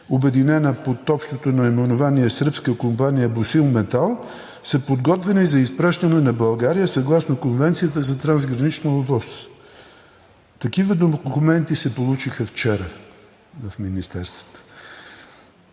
обединена под общото наименование Сръбска компания „Босил-Метал“, са подготвени за изпращане на България, съгласно Конвенцията за трансгранична ОВОС. Такива документи се получиха вчера в Министерството,